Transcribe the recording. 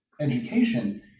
education